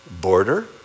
Border